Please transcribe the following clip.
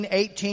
18